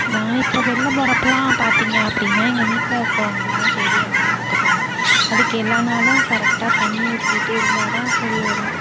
நான் இப்போ வெளில போகிறப்பலாம் பார்த்திங்க அப்படின்னா எங்கள் வீட்டில் இருக்கிறவங்க தான் செடியெல்லாம் பார்த்துப்பாங்க அதுக்கு எல்லா நாளும் கரெக்டாக தண்ணிர் ஊத்திவிட்டு இருந்தால் தான் சரி வரும்